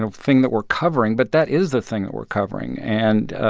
and thing that we're covering, but that is the thing that we're covering. and